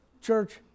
Church